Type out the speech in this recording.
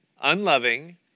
unloving